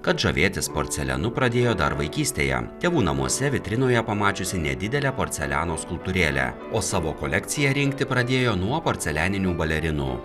kad žavėtis porcelianu pradėjo dar vaikystėje tėvų namuose vitrinoje pamačiusi nedidelę porceliano skulptūrėlę o savo kolekciją rinkti pradėjo nuo porcelianinių balerinų